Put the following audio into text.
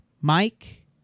Mike